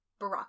Barack